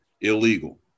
illegal